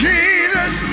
Jesus